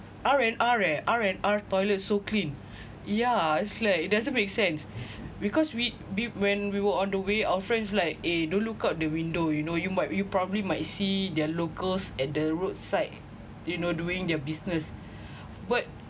R and R R and R toilet so clean yeah it's like it doesn't make sense because we'd be when we were on the way our friends like eh don't look out the window you know you might you probably might see their locals at the roadside you know doing their business but